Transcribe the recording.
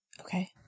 Okay